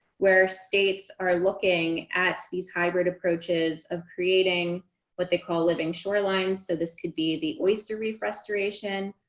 where states are looking at these hybrid approaches of creating what they call living shorelines, so this could be the oyster reef restoration,